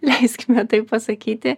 leiskime taip pasakyti